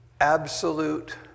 absolute